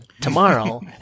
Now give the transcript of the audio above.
tomorrow